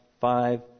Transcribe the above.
five